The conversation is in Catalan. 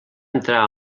entrar